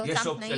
באותם התנאים?